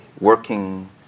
working